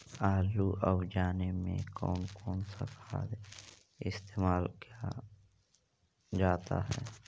आलू अब जाने में कौन कौन सा खाद इस्तेमाल क्या जाता है?